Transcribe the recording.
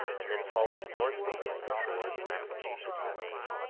and then followed northward along the shores of massachusetts and maine.